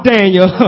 Daniel